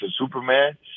Superman